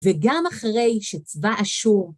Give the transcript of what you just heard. וגם אחרי שצבא אשור...